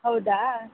ಹೌದಾ